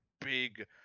big